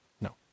No